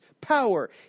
power